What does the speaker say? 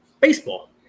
Baseball